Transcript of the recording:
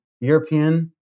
European